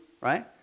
Right